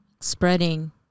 spreading